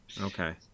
okay